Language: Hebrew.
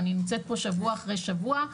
ואני נמצאת פה שבוע אחרי שבוע,